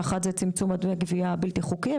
אחד זה צמצום דמי הגביה הבלתי חוקי,